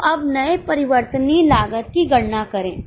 तो अब नए परिवर्तनीय लागत की गणना करें